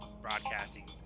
broadcasting